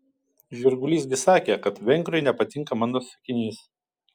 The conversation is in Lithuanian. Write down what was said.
žirgulys gi sakė kad vengriui nepatinka mano sakinys